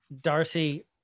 darcy